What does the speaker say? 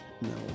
No